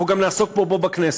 אנחנו גם נעסוק בו פה, בכנסת.